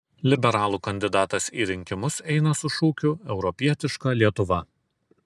liberalų kandidatas į rinkimus eina su šūkiu europietiška lietuva